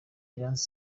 iranzi